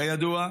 כידוע.